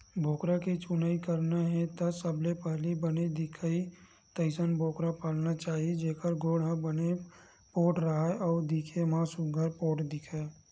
बोकरा के चुनई करना हे त सबले पहिली बने दिखय तइसन बोकरा पालना चाही जेखर गोड़ ह बने पोठ राहय अउ दिखे म सुग्घर पोठ दिखय